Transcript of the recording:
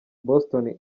boston